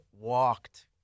walked